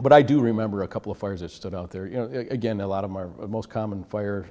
but i do remember a couple of fires that stood out there you know again a lot of my most common fire